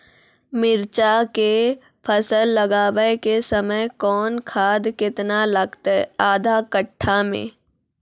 मिरचाय के फसल लगाबै के समय कौन खाद केतना लागतै आधा कट्ठा मे?